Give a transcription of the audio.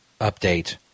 update